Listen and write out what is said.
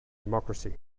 democracy